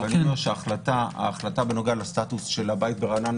ההחלטה בנושא הסטטוס של הבית ברעננה